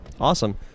awesome